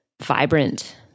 vibrant